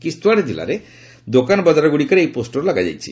କିସ୍ତୱାର୍ଡ୍ ଜିଲ୍ଲାରେ ଦୋକାନବକାରଗୁଡ଼ିକରେ ଏହି ପୋଷ୍ଟର ଲଗାଯାଇଛି